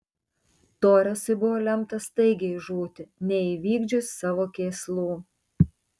toresui buvo lemta staigiai žūti neįvykdžius savo kėslų